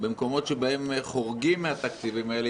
במקומות שבהם חורגים מן התקציבים האלה,